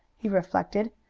he reflected,